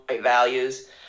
values